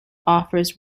offers